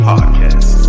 Podcast